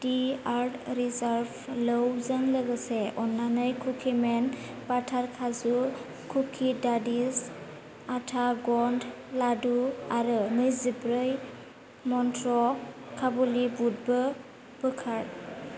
दि earth reserve लौजों लोगोसे अन्नानै कुकिमेन बाटार काजु कुकि डादिस आटा गन्ड लादु आरो नैजिब्रै मन्त्र काबुलि बुदबो बोखार